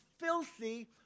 filthy